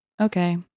Okay